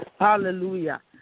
Hallelujah